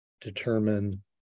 determine